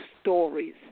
stories